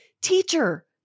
teacher